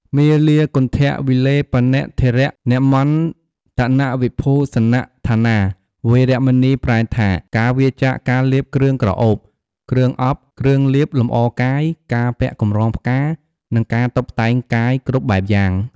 មាលាគន្ធវិលេបនធារណមណ្ឌនវិភូសនដ្ឋានា វេរមណី ប្រែថា ការវៀរចាកការលាបគ្រឿងក្រអូប គ្រឿងអប់ គ្រឿងលាបលម្អកាយ ការពាក់កម្រងផ្កា និងការតុបតែងកាយគ្រប់បែបយ៉ាង។